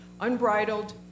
Unbridled